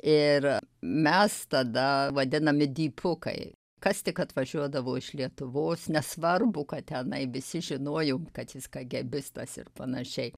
ir mes tada vadinami dypukai kas tik atvažiuodavo iš lietuvos nesvarbu kad tenai visi žinojom kad jis kagebistas ir panašiai